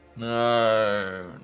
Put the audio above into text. No